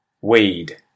weed